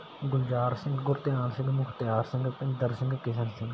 Gulzar Singh Gurdhian Singh Mukhtiar Singh Bhinder Singh Kishan Singh